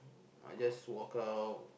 I just walk out